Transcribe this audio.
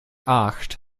acht